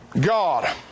God